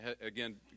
again